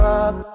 up